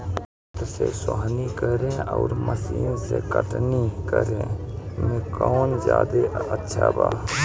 हाथ से सोहनी करे आउर मशीन से कटनी करे मे कौन जादे अच्छा बा?